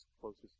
closest